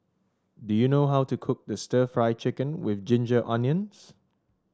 do you know how to cook stir Fry Chicken with Ginger Onions